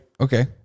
Okay